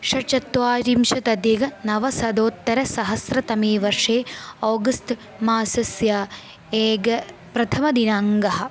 षट्चत्वारिंशदधिक नवशतोत्तरसहस्रतमे वर्षे आगस्त् मासस्य एकं प्रथमदिनाङ्कः